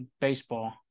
baseball